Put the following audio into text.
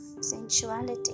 sensuality